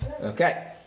Okay